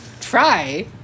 Try